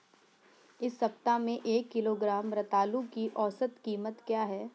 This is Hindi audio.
इस सप्ताह में एक किलोग्राम रतालू की औसत कीमत क्या है?